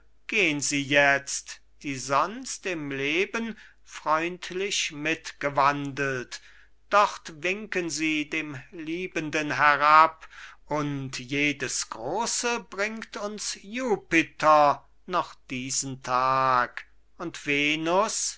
gehn sie jetzt die sonst im leben freundlich mitgewandelt dort winken sie dem liebenden herab und jedes große bringt uns jupiter noch diesen tag und venus